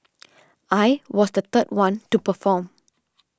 I was the third one to perform